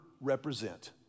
represent